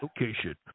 location